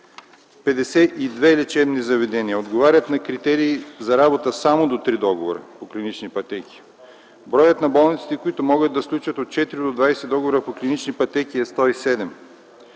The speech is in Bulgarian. две лечебни заведения отговарят на критерии за работа само до три договора по клинични пътеки. Броят на болниците, които могат да сключват от 4 до 20 договора по клинични пътеки, е 107.